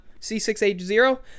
C6H0